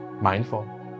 mindful